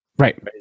Right